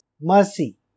Mercy